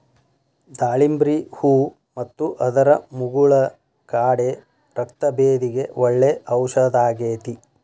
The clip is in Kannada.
ದಾಳಿಂಬ್ರಿ ಹೂ ಮತ್ತು ಅದರ ಮುಗುಳ ಕಾಡೆ ರಕ್ತಭೇದಿಗೆ ಒಳ್ಳೆ ಔಷದಾಗೇತಿ